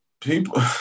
people